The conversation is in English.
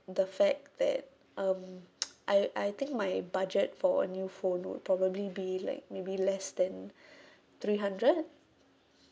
the fact that um I I think my budget for a new phone would probably be like maybe less than three hundred